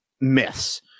myths